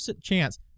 chance